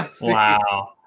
Wow